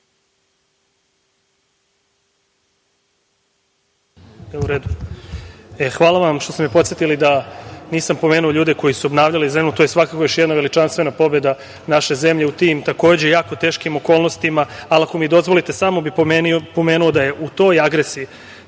Hvala vam, što ste me podsetili da nisam pomenuo ljude koji su obnavljali zemlju, to je svakako još jedna veličanstvena pobeda naše zemlje u tim takođe, jako teškim okolnostima, ali ako mi dozvolite samo bih pomenuo da je u toj agresiji